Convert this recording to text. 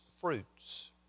fruits